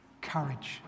courage